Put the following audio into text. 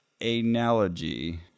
analogy